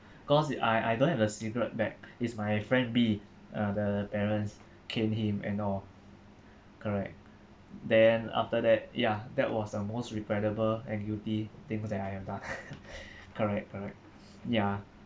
cause I I don't have a cigarette pack it's my friend B uh the parents cane him and all correct then after that ya that was the most regrettable and guilty things that I have done correct correct ya